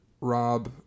Rob